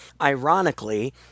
Ironically